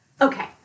Okay